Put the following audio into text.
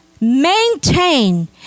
maintain